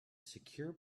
secure